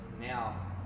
now